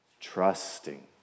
trusting